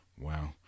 wow